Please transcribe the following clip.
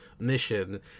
mission